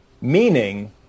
Meaning